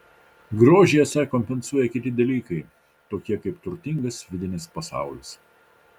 grožį esą kompensuoja kiti dalykai tokie kaip turtingas vidinis pasaulis